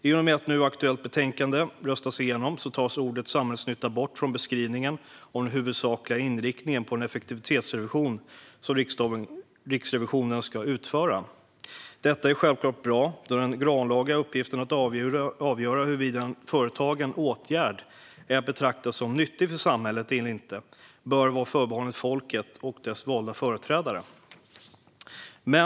I och med att nu aktuellt betänkande röstas igenom tas ordet "samhällsnytta" bort från beskrivningen av den huvudsakliga inriktningen på den effektivitetsrevision som Riksrevisionen ska utföra. Detta är självklart bra, då den grannlaga uppgiften att avgöra huruvida en företagen åtgärd är att betrakta som nyttig för samhället eller inte bör vara förbehållen folket och dess valda företrädare.